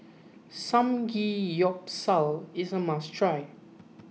Samgyeopsal is a must try